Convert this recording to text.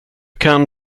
kan